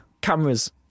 Cameras